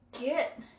get